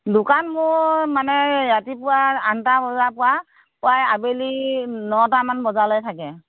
দোকান মোৰ মানে ৰাতিপুৱা আঠটা বজাৰ পৰা প্ৰায় আবেলি নটামান বজালৈকে থাকে